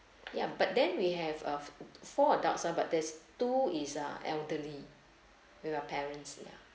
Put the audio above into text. ya but then we have uh four adults but there's two is ah elderly with our parents ya